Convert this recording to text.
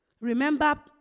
Remember